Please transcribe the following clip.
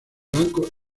banco